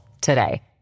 today